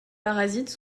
parasites